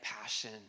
passion